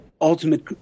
ultimate